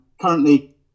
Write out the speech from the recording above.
currently